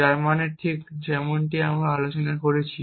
যার মানে ঠিক যেমনটি আমরা আলোচনা করেছি